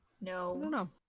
no